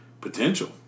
potential